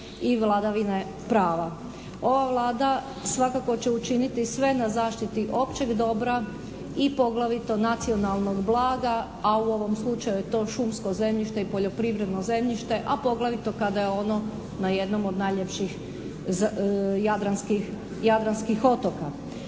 i vladavine prava. Ova Vlada svakako će učiniti sve na zaštiti općeg dobra i poglavito nacionalnog blaga a u ovom slučaju je to šumsko zemljište i poljoprivredno zemljište a poglavito kada je ono na jednom od najljepših jadranskih,